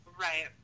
Right